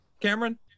Cameron